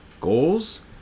goals